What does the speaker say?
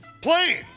Planes